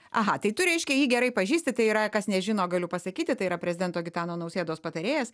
aha tai tu reiškia jį gerai pažįsti tai yra kas nežino galiu pasakyti tai yra prezidento gitano nausėdos patarėjas